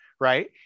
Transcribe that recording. right